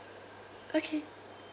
okay